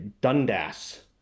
Dundas